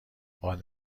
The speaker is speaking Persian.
باد